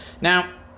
Now